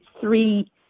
three